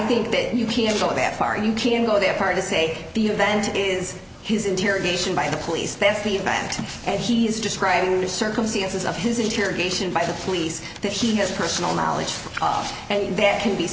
think that you can't go that far you can go there hard to say the event is his interrogation by the police that's the event and he is describing the circumstances of his interrogation by the police that he has personal knowledge off and that can be